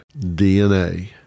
DNA